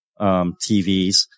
TVs